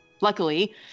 luckily